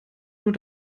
nur